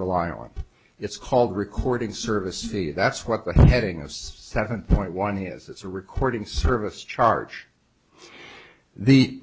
rely on it's called recording services the that's what the heading of seven point one is it's a recording service charge the